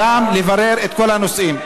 ושם לברר את כל הנושאים.